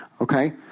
Okay